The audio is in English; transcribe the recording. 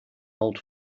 old